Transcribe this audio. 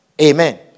Amen